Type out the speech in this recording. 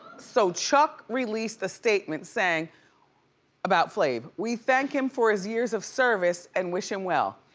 so chuck released a statement saying about flav, we thank him for his years of service, and wish him well.